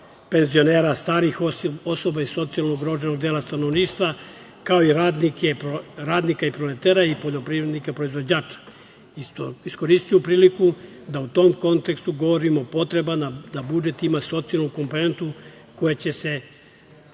penzionera, starijih osoba i socijalno ugroženog dela stanovništva, kao i radnika i proletera i poljoprivrednika proizvođača, iskoristiću priliku da u tom kontekstu govorim o potrebama da budžet ima socijalnu komponentu koja će